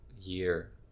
year